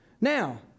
Now